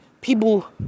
people